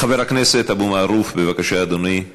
חבר הכנסת אבו מערוף, בבקשה, אדוני,